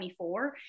2024